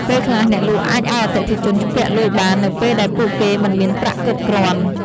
ពេលខ្លះអ្នកលក់អាចឱ្យអតិថិជនជំពាក់លុយបាននៅពេលដែលពួកគេមិនមានប្រាក់គ្រប់គ្រាន់។